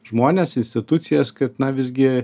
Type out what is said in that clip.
žmones institucijas kad na visgi